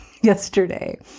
yesterday